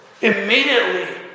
immediately